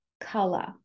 color